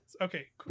okay